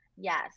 Yes